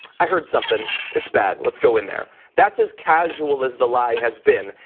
i heard something, it's bad, let's go in there. that's as casual as the lie has been.